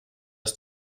ist